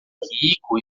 rico